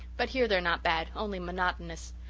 but here they're not bad only monotonous.